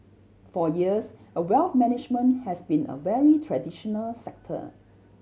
for years a wealth management has been a very traditional sector